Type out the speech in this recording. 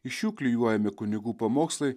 iš jų klijuojami kunigų pamokslai